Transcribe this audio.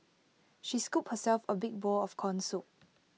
she scooped herself A big bowl of Corn Soup